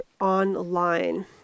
online